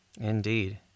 Indeed